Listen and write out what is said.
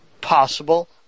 possible